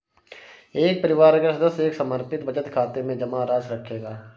एक परिवार का सदस्य एक समर्पित बचत खाते में जमा राशि रखेगा